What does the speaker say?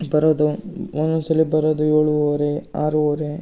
ಬರೋದು ಒಂದೊಂದು ಸಲ ಬರೋದು ಏಳೂವರೆ ಆರೂವರೆ